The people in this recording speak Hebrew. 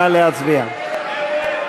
נא להצביע.